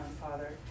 Father